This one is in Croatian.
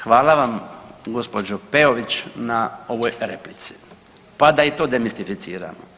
Hvala vam gospođo Peović na ovoj replici, pa da i to demistificiramo.